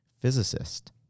physicist